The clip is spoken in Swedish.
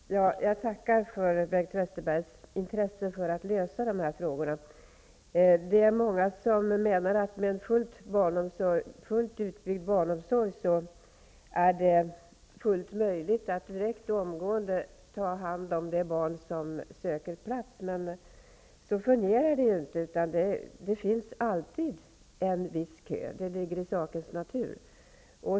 Herr talman! Jag tackar för Bengt Westerbergs intresse för att lösa problemen med de här frågorna. Det är många som menar att det med fullt utbyggd barnomsorg är möjligt att omgående ta hand om de barn som söker plats, men så fungerar det ju inte -- det finns alltid en viss kö; det ligger i sakens natur.